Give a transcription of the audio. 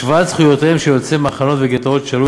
השוואת זכויותיהם של יוצאי מחנות וגטאות שעלו